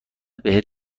بهت